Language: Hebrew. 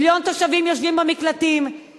מיליון תושבים יושבים במקלטים,